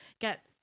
get